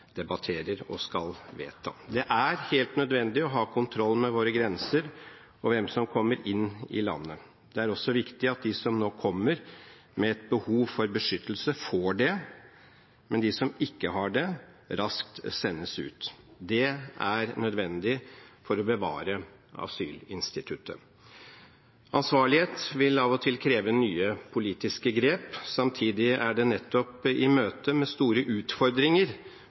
debatterer og skal vedta. Det er helt nødvendig å ha kontroll med våre grenser og hvem som kommer inn i landet. Det er også viktig at de som nå kommer med et behov for beskyttelse, får det, og at de som ikke har det, raskt sendes ut. Det er nødvendig for å bevare asylinstituttet. Ansvarlighet vil av og til kreve nye politiske grep. Samtidig er det nettopp i møte med store utfordringer,